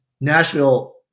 Nashville